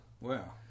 Wow